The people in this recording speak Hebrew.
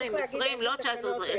צריך להגיד איזה תקנות אלה.